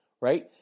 right